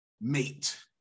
mate